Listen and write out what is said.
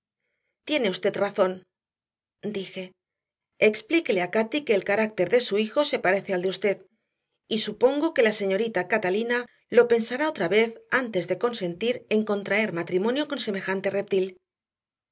tiene usted razón dije explíquele a cati que el carácter de su hijo se parece al de usted y supongo que la señorita catalina lo pensará otra vez antes de consentir en contraer matrimonio con semejante reptil